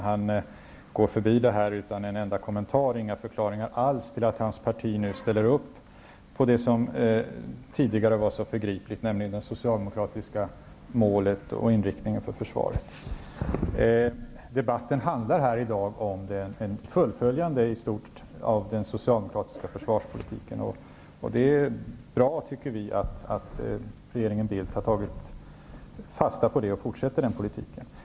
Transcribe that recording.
Han går utan en enda kommentar eller några förklaringar alls förbi att hans parti nu ställer upp på det som tidigare var så förgripligt, nämligen socialdemokraternas mål och inriktning för försvaret. Debatten här i dag handlar i stort om ett fullföljande av den socialdemokratiska försvarspolitiken, och vi tycker att det är bra att regeringen Bildt har tagit fasta på detta och fortsätter denna politik.